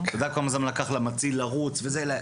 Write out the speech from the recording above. אתה יודע כמה זמן לקח למציל לרוץ ולהגיע?